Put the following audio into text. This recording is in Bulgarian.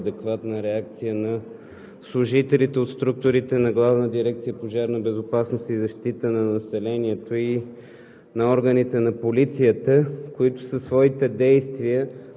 на първо място, да изразя благодарност за бързата и адекватна реакция на служителите от структурите на Главна дирекция